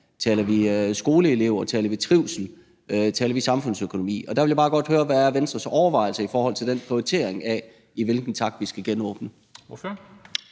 taler skoleelever, om vi taler trivsel, om vi taler samfundsøkonomi. Der vil jeg bare godt høre, hvad Venstres overvejelser er i forhold til den prioritering af, i hvilken takt vi skal genåbne.